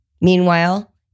Meanwhile